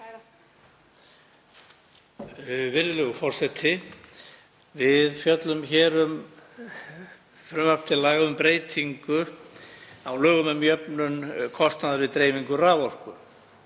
Við fjöllum hér um frumvarp til laga um breytingu á lögum um jöfnun kostnaðar við dreifingu raforku,